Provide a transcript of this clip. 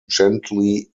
gently